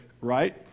right